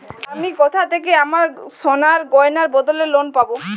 আমি কোথা থেকে আমার সোনার গয়নার বদলে লোন পাবো?